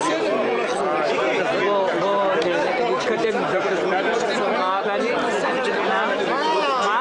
להתחייב למימון כבישי לב השומרון בית